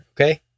Okay